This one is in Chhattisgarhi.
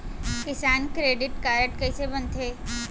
किसान क्रेडिट कारड कइसे बनथे?